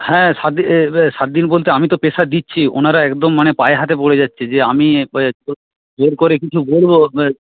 হ্যাঁ সাত দিন সাত দিন বলতে আমি তো প্রেশার দিচ্ছি ওঁরা একদম মানে পায়ে হাতে পড়ে যাচ্ছে যে আমি একেবারে জোর করে কিছু বলবো